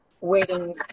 waiting